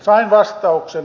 sain vastauksen